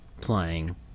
playing